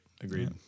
agreed